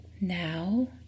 Now